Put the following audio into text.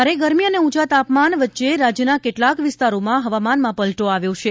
ભારે ગરમી અને ઉંચા તાપમાન વચ્ચે રાજ્યના કેટલાંક વિસ્તારોમાં હવામાનમાં પલ્ટો આવ્યો છે